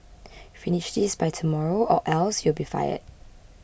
finish this by tomorrow or else you'll be fired